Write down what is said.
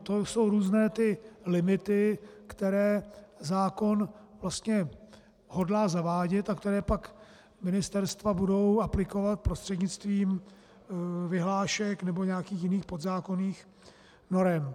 To jsou různé ty limity, které zákon vlastně hodlá zavádět a které pak ministerstva budou aplikovat prostřednictvím vyhlášek nebo nějakých jiných podzákonných norem.